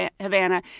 Havana